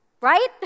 right